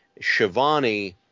Shivani